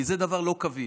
כי זה דבר לא קביל.